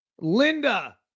Linda